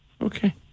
Okay